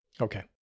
Okay